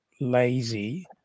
lazy